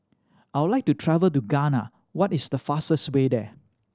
I would like to travel to Ghana What is the fastest way there